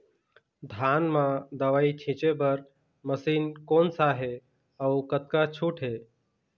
धान म दवई छींचे बर मशीन कोन सा हे अउ कतका छूट हे?